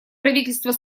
правительство